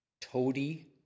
toady